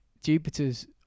Jupiter's